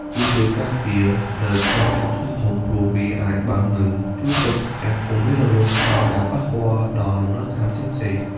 វាជួយការពារនៅខ្យល់ព្យុះធំៗ ព្រោះវាអាចបាំងនិងជួយទប់ស្កាត់កុំមានរលកខ្យល់ដែលប៉ះពាល់ដល់លំនៅឋានផ្សេងៗ។